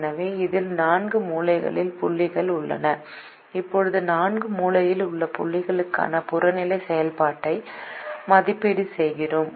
எனவே இதில் 4 மூலையில் புள்ளிகள் உள்ளன இப்போது 4 மூலையில் உள்ள புள்ளிகளுக்கான புறநிலை செயல்பாட்டை மதிப்பீடு செய்கிறோம்